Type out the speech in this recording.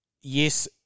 yes